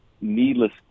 needless